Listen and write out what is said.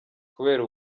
kubera